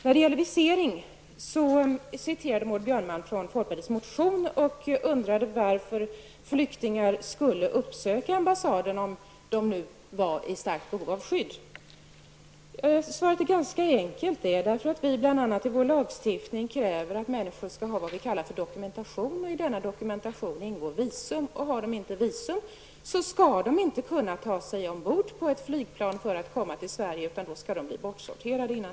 I frågan om visering citerade Maud Björnemalm ur folkpartiets motion och undrade varför flyktingar skulle uppsöka ambassaden om de nu var i starkt behov av skydd. Svaret är ganska enkelt. Det är därför att vi i vår lagstiftning bl.a. kräver att människor skall ha det vi kallar dokumentation, och i den ingår visum. Har de inte visum skall de inte kunna ta sig ombord på ett flygplan för att komma till Sverige, utan de skall innan dess bli bortsorterade.